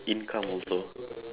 income also